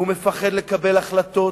הוא מפחד לקבל החלטות,